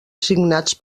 signats